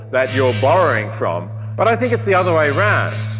that you're borrowing from. but i think it's the other way round,